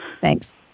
Thanks